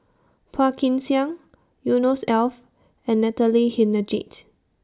Phua Kin Siang Yusnor's Ef and Natalie Hennedige